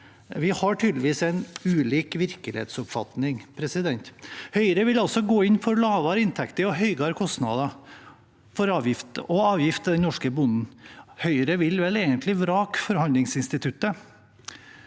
Vi har tydeligvis en ulik virkelighetsoppfatning. Høyre vil altså gå inn for lavere inntekter og høyere kostnader og avgifter for den norske bonden. Høyre vil vel egentlig vrake forhandlingsinstituttet.